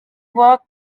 work